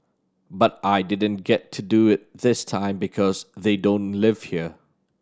but I didn't get to do it this time because they don't live here